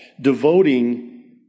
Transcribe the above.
devoting